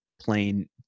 plain